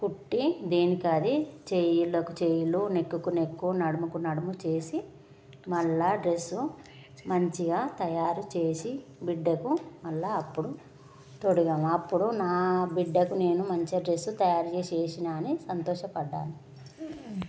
కుట్టి దేనికి అది చేతులకు చేతులు నెక్కుకు నెక్ నడుముకు నడుము చేసి మళ్ళీ డ్రెస్ మంచిగా తయారు చేసి బిడ్డకు మళ్ళీ అప్పుడు తొడిగాము అప్పుడు నా బిడ్డకు నేను మంచిగా డ్రెస్ తయారు చేసి వేసాను అని సంతోష పడ్డాను